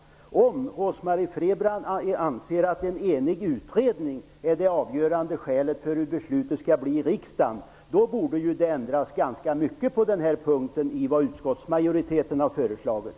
Om Rose-Marie Frebran anser att en enig utredning är det avgörande skälet till hur beslutet skall bli i riksdagen, borde mycket ändras på den punkten med tanke på vad utskottsmajoriteten har föreslagit.